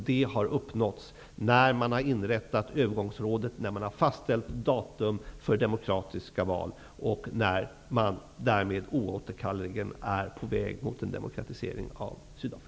De har uppnåtts när övergångsrådet har inrättats och ett datum för demokratiska val har framställts och man alltså är oåterkalleligen på väg mot en demokratisering av Sydafrika.